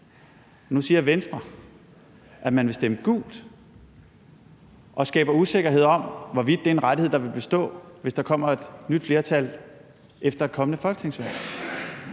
nu siger Venstre, at de vil stemme gult og skaber usikkerhed om, hvorvidt det er en rettighed, der vil bestå, hvis der kommer et nyt flertal efter et kommende folketingsvalg.